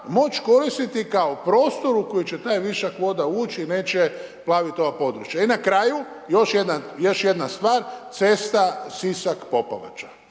moć koristiti kao prostor u koji će taj višak vode ući i neće plaviti ova područja. I na kraju, još jedna stvar, cesta Sisak-Popovača.